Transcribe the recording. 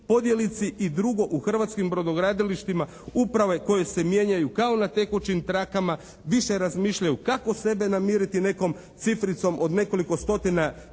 podjelici. I drugo, u hrvatskim brodogradilištima uprave koje se mijenjaju kao na tekućim trakama više razmišljaju kako sebe namiriti nekom cifricom od nekoliko stotina